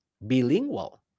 bilingual